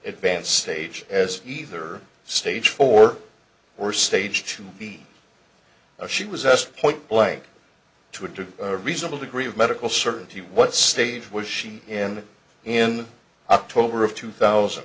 events stage as either stage four or stage to be a she was asked point blank to add to a reasonable degree of medical certainty what stage was she in in october of two thousand